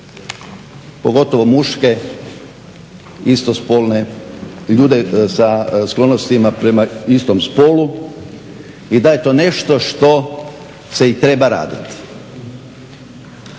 pogotovo muške istospolne ljude sa sklonostima prema istom spolu i da je to nešto što se i treba raditi.